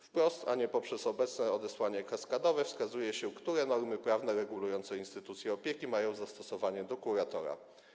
Wprost, a nie poprzez obecne odesłanie kaskadowe, wskazuje się, które normy prawne regulujące instytucję opieki mają zastosowanie do kuratora.